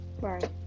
Right